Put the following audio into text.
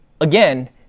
again